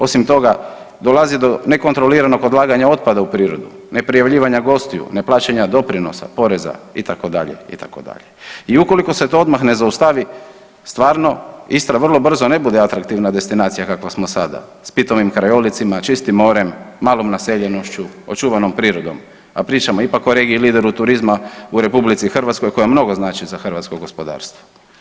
Osim toga, dolazi do nekontroliranog odlaganja otpada u prirodu, neprijavljivanja gostiju, neplaćanja doprinosa, poreza, itd., itd. i ukoliko se to odmah ne zaustavi, stvarno, Istra vrlo brzo ne bude atraktivna destinacija kakva smo sada, s pitomim krajolicima, čistim morem, malom naseljenošću, očuvanom prirodom, a pričamo ipak o regiji lideru turizma u RH, koja mnogo znači za hrvatsko gospodarstvo.